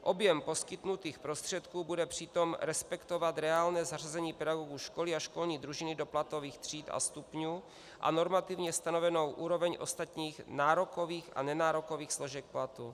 Objem poskytnutých prostředků bude přitom respektovat reálné zařazení pedagogů školy a školní družiny do platových tříd a stupňů a normativně stanovenou úroveň ostatních nárokových a nenárokových složek platu.